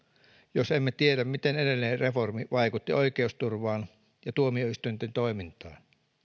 jos emme tiedä miten edellinen reformi vaikutti oikeusturvaan ja tuomioistuinten toimintaan